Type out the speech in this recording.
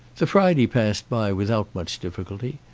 the friday passed by without much difficulty.